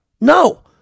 No